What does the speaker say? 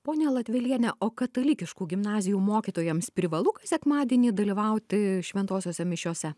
ponia latveliene o katalikiškų gimnazijų mokytojams privalu kas sekmadienį dalyvauti šventosiose mišiose